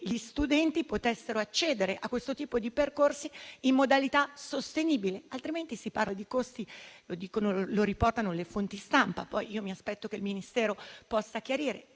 gli studenti potessero accedere a quel tipo di percorsi in modalità sostenibile. In caso contrario, si parla di costi - lo riportano le fonti di stampa, ma mi aspetto che il Ministero possa chiarire